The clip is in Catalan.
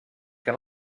que